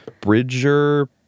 Bridger